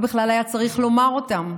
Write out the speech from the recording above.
למה בכלל היה צריך לומר אותם?